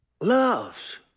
loves